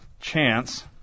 chance